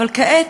אבל כעת,